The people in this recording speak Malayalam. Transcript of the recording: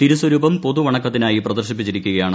തിരുസ്വരൂപം പൊതു വണക്കത്തിനായി പ്രദർശിപ്പിച്ചിരിക്കുകയാണ്